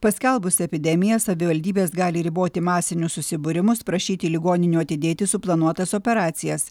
paskelbus epidemiją savivaldybės gali riboti masinius susibūrimus prašyti ligoninių atidėti suplanuotas operacijas